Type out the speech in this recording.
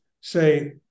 say